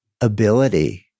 ability